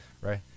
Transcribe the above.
Right